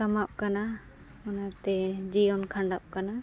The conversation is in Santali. ᱠᱟᱢᱟᱣᱚᱜ ᱠᱟᱱᱟ ᱚᱱᱟᱛᱮ ᱡᱤᱭᱚᱱ ᱠᱷᱟᱸᱰᱟᱜ ᱠᱟᱱᱟ